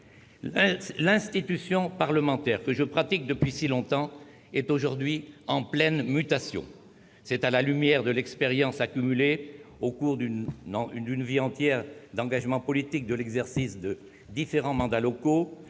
L'institution parlementaire, que je pratique depuis si longtemps, est aujourd'hui en pleine mutation. C'est à la lumière de l'expérience accumulée au cours d'une vie entière d'engagement politique, de l'exercice de différents mandats locaux